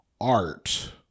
art